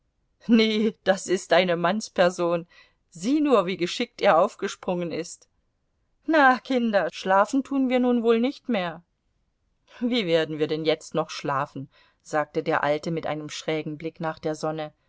nee das ist eine mannsperson sieh nur wie geschickt er aufgesprungen ist na kinder schlafen tun wir nun wohl nicht mehr wie werden wir denn jetzt noch schlafen sagte der alte mit einem schrägen blick nach der sonne